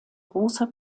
großer